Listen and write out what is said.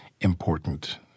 important